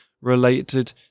related